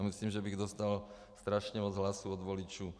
Myslím, že bych dostal strašně moc hlasů od voličů.